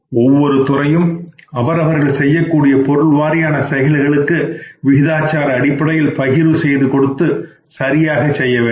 ஒவ்வொரு துறையும் அவரவர்கள் செய்யகூடிய பொருள் வாரியான செயல்களுக்கு விகிதாச்சார அடிப்படையில் பகிர்ர்வு செய்து கொடுத்து சரியாக செய்ய வேண்டும்